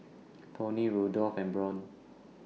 Toney Rudolph and Brant